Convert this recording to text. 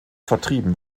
vertrieben